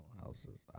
houses